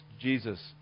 Jesus